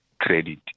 credit